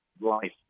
life